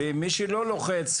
ומי שלא לוחץ,